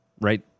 right